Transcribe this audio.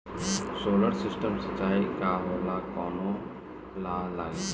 Solar system सिचाई का होला कवने ला लागी?